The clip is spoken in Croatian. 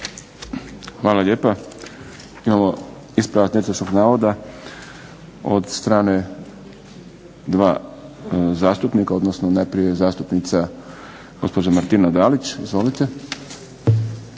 Hvala lijepa. Imamo ispravak netočnog navoda od strane dva zastupnika, odnosno najprije zastupnica gospođa Martina Dalić. Izvolite.